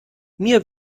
mir